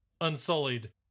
Unsullied